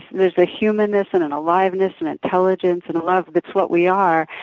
there's a humanness, and an aliveness, and intelligence, and a love that's what we are.